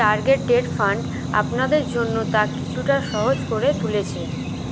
target date fund আপনাদের জন্য তা কিছুটা সহজ করে তুলেছে